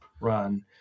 run